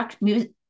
music